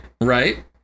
right